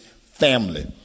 family